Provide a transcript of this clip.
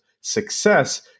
success